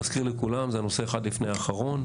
מזכיר לכולם, זה נושא אחד לפני אחרון.